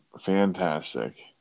fantastic